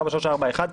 4,341 שקלים,